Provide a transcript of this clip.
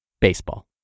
baseball